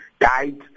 died